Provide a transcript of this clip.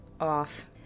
off